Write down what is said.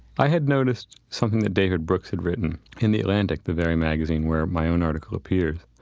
i had noticed something that david brooks had written in the atlantic, the very magazine where my own article appeared.